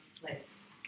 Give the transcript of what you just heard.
place